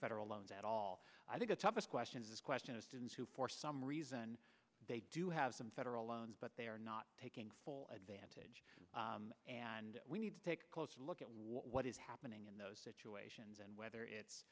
federal loans at all i think the toughest question is this question of students who for some reason they do have some federal loans but they are not taking full advantage and we need to take a closer look at what is happening in those situations and whether it's